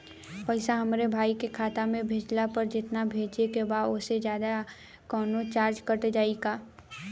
पैसा हमरा भाई के खाता मे भेजला पर जेतना भेजे के बा औसे जादे कौनोचार्ज कट जाई का?